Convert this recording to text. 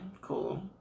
cool